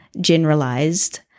generalized